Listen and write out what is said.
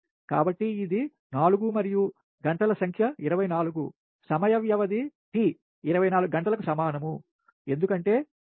కాబట్టి ఇది 4 మరియు గంటల సంఖ్య 24 సమయ వ్యవధి 24 గంటలకు సమానం ఎందుకంటే 6am నుండి 6 am మధ్య వ్యవధి